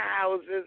houses